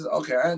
okay